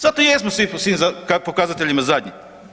Zato i jesmo po svim pokazateljima zadnji.